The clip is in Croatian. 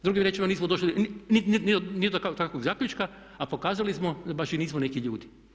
Drugim riječima nismo došli ni do kakvog zaključka, a pokazali smo da baš i nismo neki ljudi.